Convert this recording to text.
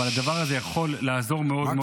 אבל הדבר הזה יכול לעזור מאוד מאוד -- ששש.